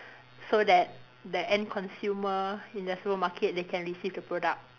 so that that end consumer in the supermarket they can receive the product